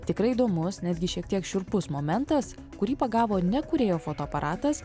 tikrai įdomus netgi šiek tiek šiurpus momentas kurį pagavo ne kūrėjo fotoaparatas